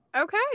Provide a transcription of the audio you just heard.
okay